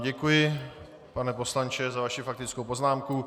Děkuji vám pane poslanče za vaši faktickou poznámku.